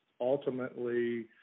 ultimately